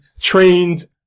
trained